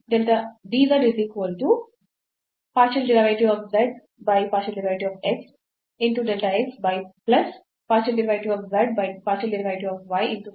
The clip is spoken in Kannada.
ಆದ್ದರಿಂದ ನಾವು 1 over square root 2 ಅನ್ನು ಹೊಂದಿದ್ದೇವೆ